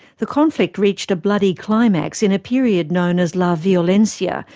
the conflict reached a bloody climax in a period known as la violencia,